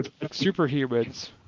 superhumans